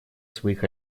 своих